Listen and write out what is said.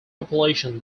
population